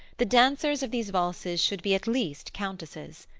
the dancers of these valses should be at least countesses.